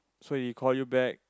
so he call you back